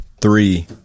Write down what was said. three